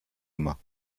immer